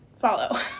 follow